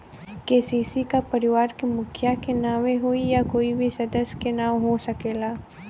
KCC का परिवार के मुखिया के नावे होई या कोई भी सदस्य के नाव से हो सकेला?